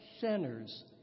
sinners